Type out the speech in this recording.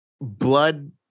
blood